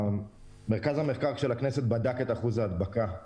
מרכז המחקר של הכנסת בחן את אחוזי ההדבקה,